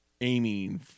aiming